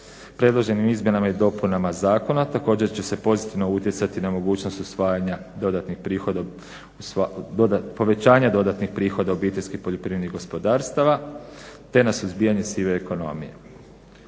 Predloženim izmjenama i dopunama zakona također će se pozitivno utjecati na mogućnost usvajanja povećanja dodatnih prihoda OPG-a te na suzbijanje sive ekonomije.